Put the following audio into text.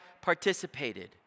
participated